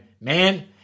man